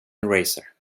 eraser